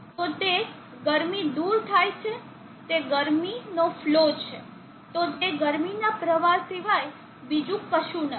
તો જે ગરમી દૂર થાય છે તે ગરમી નો ફલો છે તો તે ગરમીના પ્રવાહ સિવાય બીજું કશું નથી